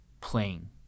playing